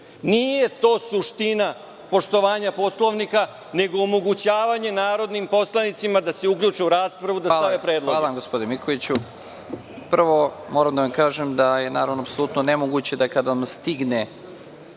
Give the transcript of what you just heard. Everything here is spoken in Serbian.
Nije to suština poštovanja Poslovnika, nego omogućavanje narodnim poslanicima da se uključe u raspravu, da stave predloge. **Nebojša Stefanović** Hvala vam, gospodine Mikoviću. Prvo, moram da vam kažem da je naravno apsolutno nemoguće da kada vam stigne